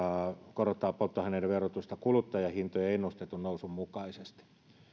korottaa polttoaineiden verotusta kuluttajahintojen ennustetun nousun mukaisesti